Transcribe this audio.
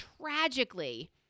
tragically